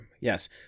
yes